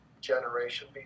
generation